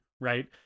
right